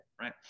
right